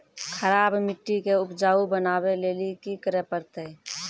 खराब मिट्टी के उपजाऊ बनावे लेली की करे परतै?